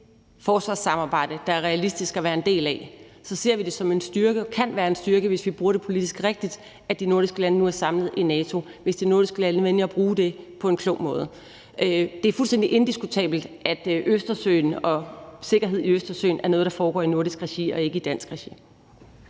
forsvarssamarbejde, som det er realistisk at være en del af, så ser vi det som en styrke – og det kan være styrke – hvis vi bruger det politisk rigtigt, at de nordiske lande nu er samlet i NATO, altså hvis de nordiske lande vælger at bruge det på en klog måde. Det er fuldstændig indiskutabelt, at det med Østersøen og sikkerheden i Østersøen er noget, der foregår i nordisk regi og ikke i dansk regi.